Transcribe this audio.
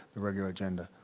the regular agenda.